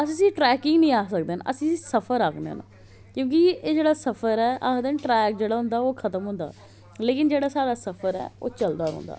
अस इसी ट्रैकिंग नेईं आक्खी सकने अस इसी सफर आक्खने क्योकि एह् जेहड़ा सफर ऐ आक्खदे ना ट्रैक जेहड़ा होंदा ओह् खत्म होंदा लेकिन जेहड़ा साढ़ा सफर ऐ ओह् चलदा रौंहंदा